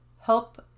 help